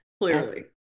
Clearly